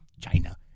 China